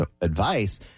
advice